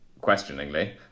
questioningly